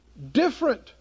Different